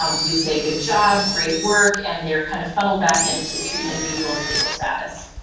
um we say good job, great work, and they're kind of funneled back into treatment as usual, stable status.